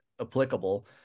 applicable